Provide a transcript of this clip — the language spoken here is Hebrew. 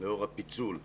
לאור הפיצול בשיעורים,